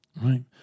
right